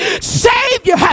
Savior